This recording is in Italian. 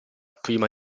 prima